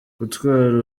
gutwara